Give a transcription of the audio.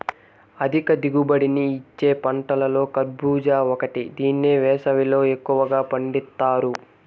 అధిక దిగుబడిని ఇచ్చే పంటలలో కర్భూజ ఒకటి దీన్ని వేసవిలో ఎక్కువగా పండిత్తారు